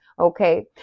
okay